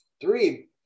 three